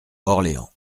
orléans